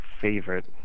favorite